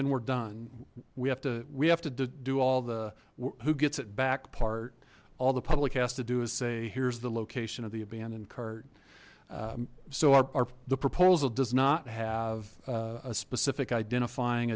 then we're done we have to we have to do all the who gets it back part all the public has to do is say here's the location of the abandoned cart so our the proposal does not have a specific identifying